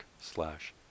slash